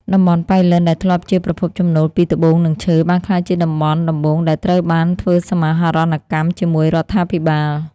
តំបន់ប៉ៃលិនដែលធ្លាប់ជាប្រភពចំណូលពីត្បូង និងឈើ បានក្លាយជាតំបន់ដំបូងដែលត្រូវបានធ្វើសមាហរណកម្មជាមួយរដ្ឋាភិបាល។